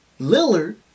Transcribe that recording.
Lillard